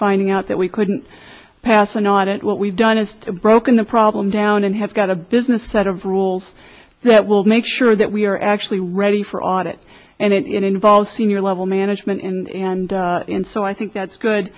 finding out that we couldn't pass an audit what we've done is broken the problem down and has got a business set of rules that will make sure that we are actually ready for audit and it involves senior level management and so i think that's good